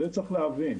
את זה צריך להבין.